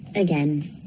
again.